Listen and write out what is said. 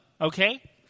Okay